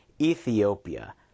Ethiopia